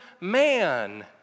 man